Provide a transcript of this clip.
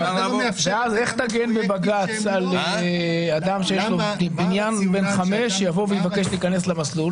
איך תגן בבג"ץ על אדם שיש לו בניין בן חמש שיבוא ויבקש להיכנס למסלול?